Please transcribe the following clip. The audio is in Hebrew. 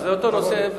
זה אותו נושא,